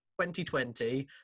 2020